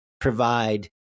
provide